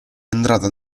entrata